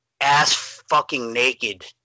ass-fucking-naked